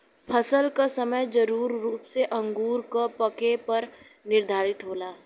फसल क समय जरूरी रूप से अंगूर क पके पर निर्धारित होला